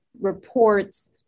reports